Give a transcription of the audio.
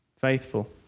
Faithful